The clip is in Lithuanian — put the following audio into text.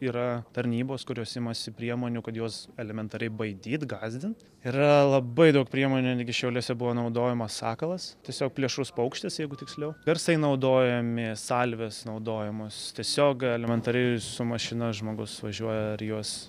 yra tarnybos kurios imasi priemonių kad juos elementariai baidyt gąsdint yra labai daug priemonių netgi šiauliuose buvo naudojamas sakalas tiesiog plėšrus paukštis jeigu tiksliau garsai naudojami salvės naudojamos tiesiog elementariai su mašina žmogus važiuoja ir juos